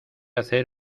hacer